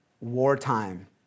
Wartime